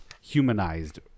humanized